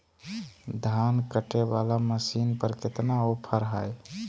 धान कटे बाला मसीन पर कितना ऑफर हाय?